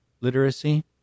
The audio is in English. literacy